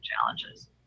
challenges